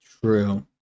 True